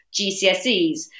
GCSEs